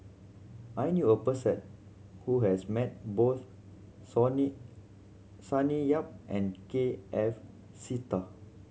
I knew a person who has met both Sony Sonny Yap and K F Seetoh